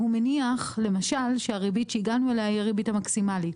הוא מניח למשל שהריבית שהגענו אליה היא הריבית המקסימלית,